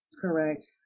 Correct